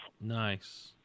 Nice